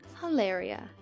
hilaria